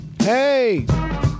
Hey